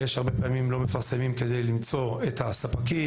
יש הרבה מקרים בהם לא מפרסמים כדי למצוא את הספקים,